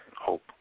hope